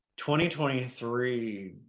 2023